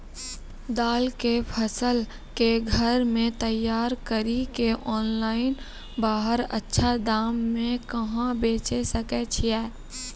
दाल के फसल के घर मे तैयार कड़ी के ऑनलाइन बाहर अच्छा दाम मे कहाँ बेचे सकय छियै?